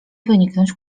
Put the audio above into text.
wyniknąć